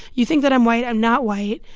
you think that i'm white i'm not white,